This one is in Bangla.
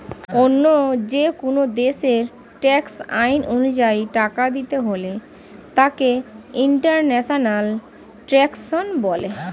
অন্য যেকোন দেশের ট্যাক্স আইন অনুযায়ী টাকা দিতে হলে তাকে ইন্টারন্যাশনাল ট্যাক্সেশন বলে